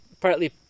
Partly